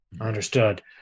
understood